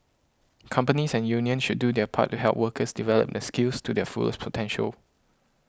companies and unions should do their part to help workers develop their skills to their fullest potential